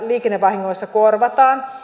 liikennevahingoissa korvataan